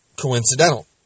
coincidental